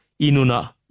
inuna